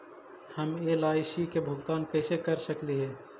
हम एल.आई.सी के भुगतान कैसे कर सकली हे?